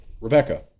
Rebecca